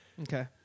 Okay